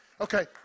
Okay